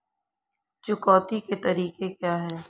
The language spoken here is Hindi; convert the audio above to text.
चुकौती के तरीके क्या हैं?